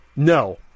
no